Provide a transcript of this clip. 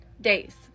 days